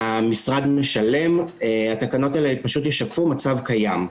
המשרד משלם, התקנות האלה פשוט ישקפו מצב קיים.